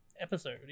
episode